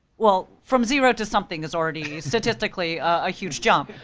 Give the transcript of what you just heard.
well, from zero to something is already, statistically a huge jump.